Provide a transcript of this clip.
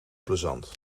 plezant